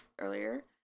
earlier